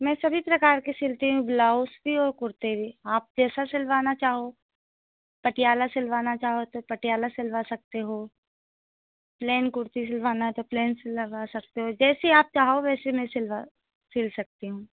मैं सभी प्रकार की सिलती हूँ ब्लाउज भी और कुर्ते भी आप जैसा सिलवाना चाहो पटियाला सिलवाना चाहो तो पटियाला सिलवा सकते हो प्लेन कुर्ती सिलवाना है तो प्लेन सिलवा सकते हो जैसे आप चाहो वैसे मैं सिलवा सील सकती हूँ